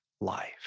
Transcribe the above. life